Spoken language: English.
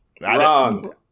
Wrong